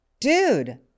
dude